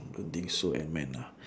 don't think so antman ah